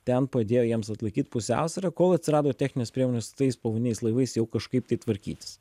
ten padėjo jiems atlaikyt pusiausvyrą kol atsirado techninės priemonės su tais povandeniniais laivais jau kažkaip tai tvarkytis